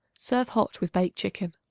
serve hot with baked chicken.